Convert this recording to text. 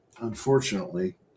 unfortunately